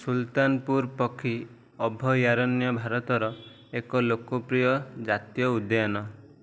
ସୁଲତାନପୁର ପକ୍ଷୀ ଅଭୟାରଣ୍ୟ ଭାରତର ଏକ ଲୋକପ୍ରିୟ ଜାତୀୟ ଉଦ୍ୟାନ